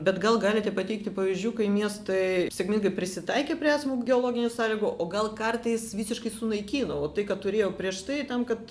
bet gal galite pateikti pavyzdžių kai miestai sėkmingai prisitaikė prie esamų geologinių sąlygų o gal kartais visiškai sunaikino tai kad turėjo prieš tai tam kad